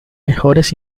mejores